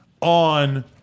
on